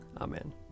Amen